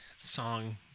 song